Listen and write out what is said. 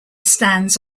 stands